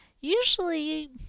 usually